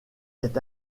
est